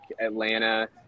Atlanta